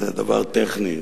זה דבר טכני,